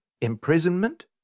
imprisonment